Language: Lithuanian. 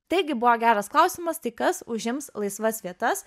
taigi buvo geras klausimas tai kas užims laisvas vietas